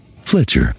fletcher